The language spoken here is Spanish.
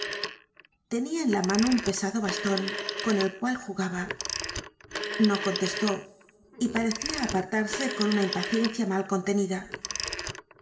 tenía en la mano un pesado bastón con el cual jugaba no contestó y parecía apartarse con una impaciencia mal contenida